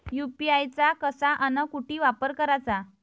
UPI चा कसा अन कुटी वापर कराचा?